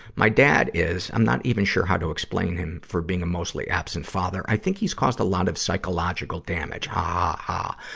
my dad is i'm not ever sure how to explain him for being a mostly absent father i think he's caused a lot of psychological damage. um ah